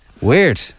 Weird